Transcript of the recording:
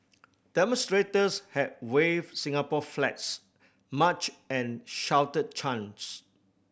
demonstrators had waved Singapore flags marched and shouted chants